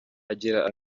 agira